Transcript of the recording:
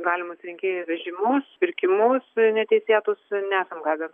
galimus rinkėjų vežimus pirkimus neteisėtus nesam gavę